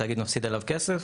התאגיד מפסיד עליו כסף,